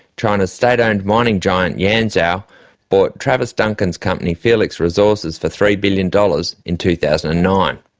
china's state-owned mining giant yanzhou bought travers duncan's company felix resources for three billion dollars in two thousand and nine.